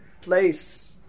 place